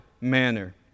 manner